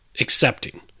accepting